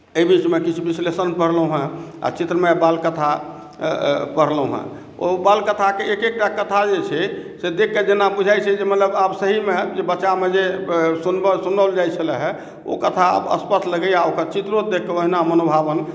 एहि बीचमे किछु विश्लेषण पढ़लहुँ हेँ आ चित्रमय बालकथा पढ़लहुँ हेँ ओहू बालकथाकेँ एक एकटा कथा जे छै से देख कऽ बुझाइत छै जेना जे आब सहीमे बच्चामे जे सुनाओल जाइत छले हेँ ओ कथा आब स्पष्ट लगैए आ ओ कथाचित्रो देखि कऽ ओहिना मनभावन